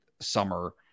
summer